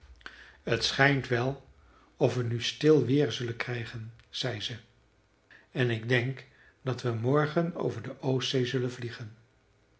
t schijnt wel of we nu stil weer zullen krijgen zei ze en ik denk dat we morgen over de oostzee zullen vliegen